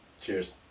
Cheers